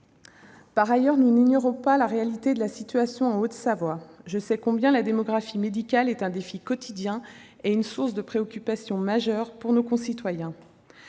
Par ailleurs, nous n'ignorons pas la réalité de la situation en Haute-Savoie. Je sais combien la démographie médicale représente un défi quotidien et une source de préoccupation majeure pour nos concitoyens.